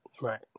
right